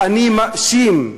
"אני מאשים".